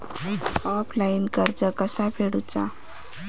Offline कर्ज कसा फेडूचा?